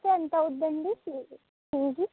ఎంతవుతుందండి fee